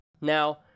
now